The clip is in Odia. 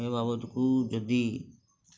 ଏ ବାବଦକୁ ଯଦି